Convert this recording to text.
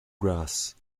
grass